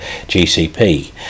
GCP